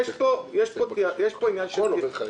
הכול עובר לוועדת